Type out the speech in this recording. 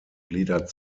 gliedert